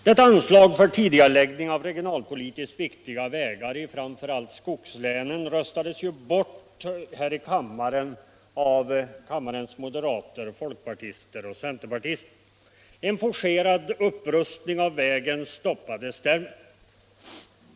Detta anslag för tidigareläggning av regionalpolitiskt viktiga vägar i framför allt skogslänen röstades ju bort här av kammarens moderater, folkpartister och centerpartister. En forcerad upprustning av vägen stoppades därmed.